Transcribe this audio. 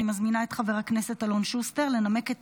אני מזמינה את חבר הכנסת אלון שוסטר לנמק את